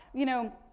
you know,